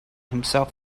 himself